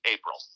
April